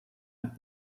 had